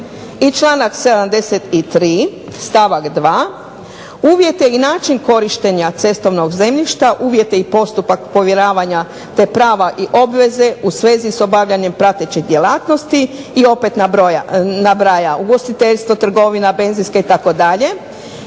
I članak 73. stavak 2. uvjete i način korištenja cestovnog zemljišta, uvjete i postupak provjeravanja te prava i obveze u svezi s obavljanjem prateće djelatnosti, i opet nabraja ugostiteljstvo, trgovina, benzinske itd.,